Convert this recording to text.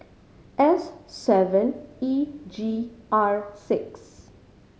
S seven E G R six